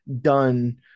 done